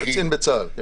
קצין בצה"ל.